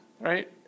right